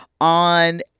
on